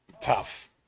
tough